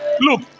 Look